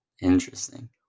Interesting